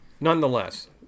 nonetheless